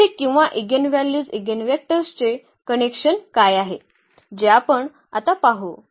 येथे किंवा इगेनव्हॅल्यूज इगेनवेक्टर्सचे कनेक्शन काय आहे जे आपण आता पाहू